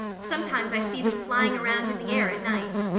sometimes i see them flying around in the air at night.